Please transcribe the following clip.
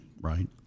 right